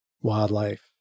wildlife